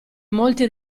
molti